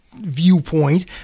viewpoint